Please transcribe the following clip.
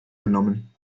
genommen